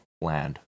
land